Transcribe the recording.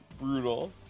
brutal